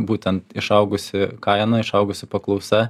būtent išaugusi kaina išaugusi paklausa